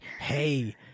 Hey